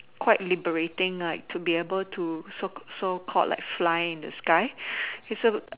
quite liberating like to be able to so core so called like fly in the sky he so